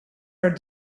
are